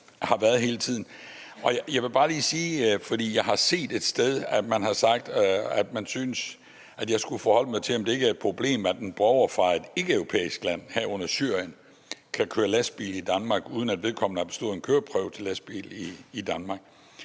Jeg har set et sted, at man har sagt, at man syntes, at jeg skulle forholde mig til, om det ikke er et problem, at en borger fra et ikkeeuropæisk land, herunder Syrien, kan køre lastbil i Danmark, uden at vedkommende har bestået en køreprøve til lastbil i Danmark.